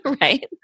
right